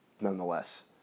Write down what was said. Nonetheless